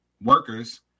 workers